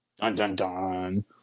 Dun-dun-dun